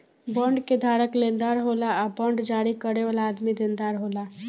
bond के धारक लेनदार होला आ बांड जारी करे वाला आदमी देनदार होला